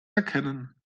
erkennen